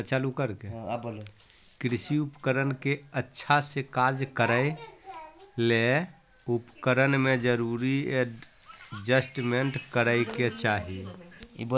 कृषि उपकरण के अच्छा से कार्य करै ले उपकरण में जरूरी एडजस्टमेंट करै के चाही